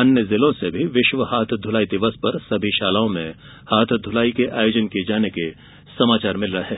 अन्य जिलों में भी विश्व हाथ धुलाई दिवस पर समी शालाओं में हाथ धुलाई के आयोजन किये जाने के समाचार मिल रहे हैं